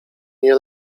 nie